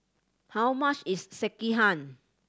how much is Sekihan